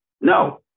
No